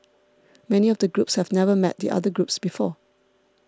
many of the groups have never met the other groups before